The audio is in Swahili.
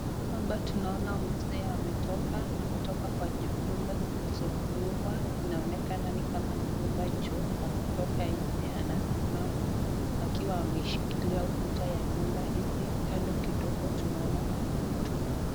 Hapa tunaona mzee ametoka ametoka kwa nyumba zilizo fungwa. Inaonekana ni kama ni nyumba choo. Ametoka nje anasimama akiwa ameshikilia ukuta ya nyumba hizi. Kando kidogo tunaona kuna mtungi.